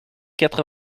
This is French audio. quatre